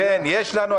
יש לנו,